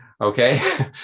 okay